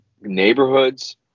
neighborhoods